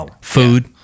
Food